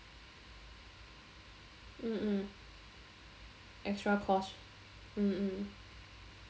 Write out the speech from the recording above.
mmhmm extra course mm mm